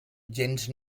gens